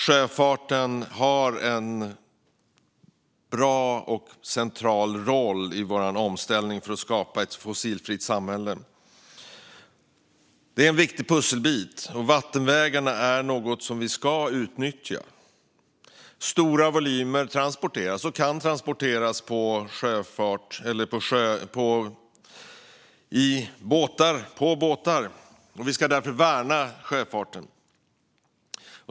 Sjöfarten har en bra och central roll i vår omställning för att skapa ett fossilfritt samhälle. Det är en viktig pusselbit, och vattenvägarna är något som vi ska utnyttja. Stora volymer kan transporteras i båtar. Vi ska därför värna sjöfarten.